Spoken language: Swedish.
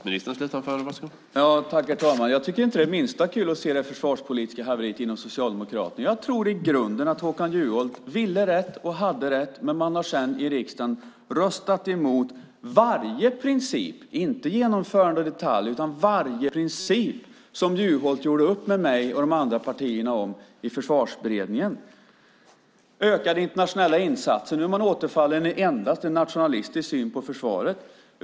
Herr talman! Jag tycker inte att det är det minsta kul att se det försvarspolitiska haveriet inom Socialdemokraterna. Jag tror i grunden att Håkan Juholt ville rätt och hade rätt, men man har sedan i riksdagen röstat emot inte genomförandet i detalj utan varje princip som Juholt gjorde upp med mig och de andra partierna om i Försvarsberedningen. Ökade internationella insatser: Nu har man återfallit i endast en nationalistisk syn på försvaret.